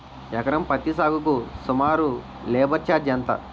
ఎకరం పత్తి సాగుకు సుమారు లేబర్ ఛార్జ్ ఎంత?